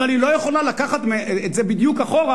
אבל היא לא יכולה לקחת את זה בדיוק אחורה,